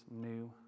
new